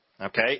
Okay